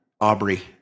Aubrey